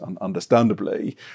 understandably